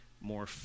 more